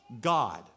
God